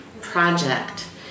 project